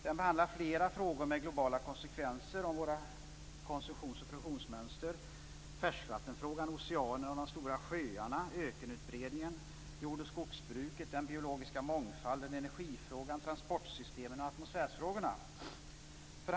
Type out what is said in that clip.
De är utsatta för giftiga kemikalier, radioaktivitet, övergödning och hänsynslöst rovfiske.